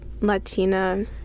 latina